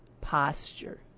posture